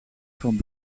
van